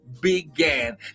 began